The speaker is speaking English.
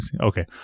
Okay